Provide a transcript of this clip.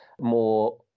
more